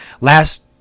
Last